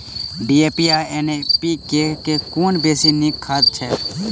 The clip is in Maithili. डी.ए.पी आ एन.पी.के मे कुन बेसी नीक खाद छैक?